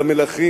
למלכים,